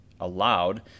allowed